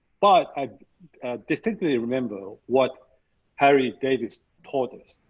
but i distinctly remember what harry davis taught us.